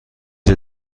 این